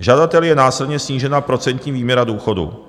Žadateli je následně snížena procentní výměra důchodu.